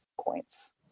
points